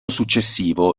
successivo